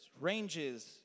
ranges